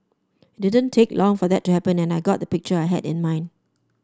it didn't take long for that to happen and I got the picture I had in mind